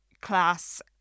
class